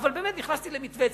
ונכנסתי למתווה.